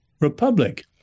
Republic